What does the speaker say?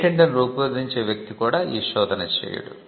పేటెంట్ను రూపొందించే వ్యక్తి కూడా ఈ శోధన చేయడు